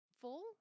full